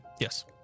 Yes